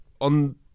on